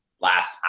last